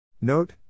Note